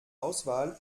auswahl